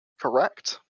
Correct